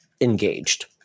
engaged